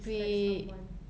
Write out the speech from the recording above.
dislike someone